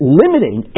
limiting